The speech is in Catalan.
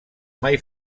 mai